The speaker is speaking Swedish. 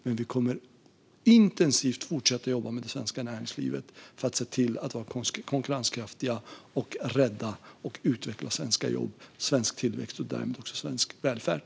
Och vi kommer att fortsätta jobba intensivt med det svenska näringslivet för att se till att vi är konkurrenskraftiga och för att rädda och utveckla svenska jobb, svensk tillväxt och därmed också svensk välfärd.